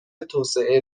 توسعه